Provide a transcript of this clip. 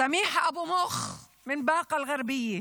סמיח אבו מוך מבאקה אל-גרבייה,